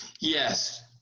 Yes